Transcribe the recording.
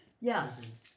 Yes